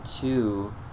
two